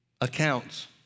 accounts